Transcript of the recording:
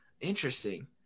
Interesting